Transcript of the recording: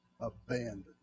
abandoned